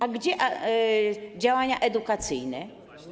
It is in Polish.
A gdzie działania edukacyjne?